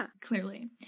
Clearly